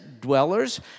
Dwellers